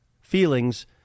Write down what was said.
feelings